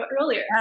earlier